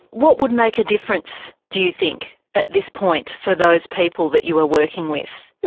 what would make a difference do you think at this point for those people that you are working with?